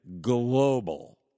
global